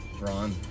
Ron